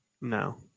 No